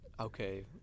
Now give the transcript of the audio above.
okay